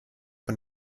von